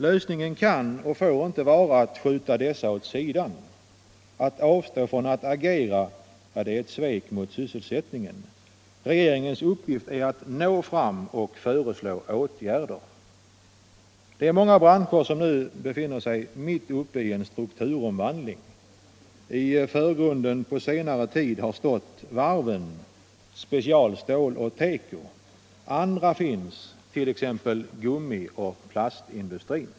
Lösningen kan och får inte vara att skjuta dessa åt sidan. Att avstå från att agera är ett svek mot sysselsättningen. Regeringens uppgift är att nå fram och föreslå åtgärder. Det är många branscher som nu befinner sig mitt uppe i en strukturomvandling. I förgrunden har på senare tid stått varven, specialstål och teko. Andra finns, t.ex. gummioch plastindustrin.